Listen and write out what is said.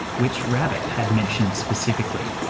which rabbit had mentioned specifically.